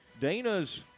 Dana's